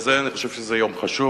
אני חושב שזה יום חשוב,